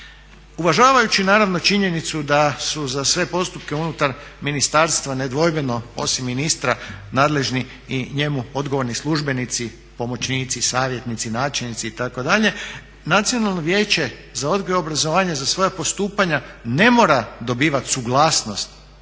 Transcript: Uvažavajući naravno činjenicu da su za sve postupke unutar ministarstva nedvojbeno osim ministra nadležni i njemu odgovorni službenici, pomoćnici, savjetnici i načelnici itd.. Nacionalno vijeće za odgoj i obrazovanje za svoja postupanja ne mora dobivati suglasnost